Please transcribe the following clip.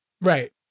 Right